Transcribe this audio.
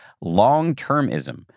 long-termism